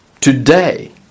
Today